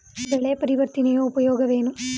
ಬೆಳೆ ಪರಿವರ್ತನೆಯ ಉಪಯೋಗವೇನು?